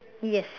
yes